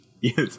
Yes